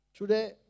Today